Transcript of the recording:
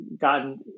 gotten